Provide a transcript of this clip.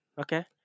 Okay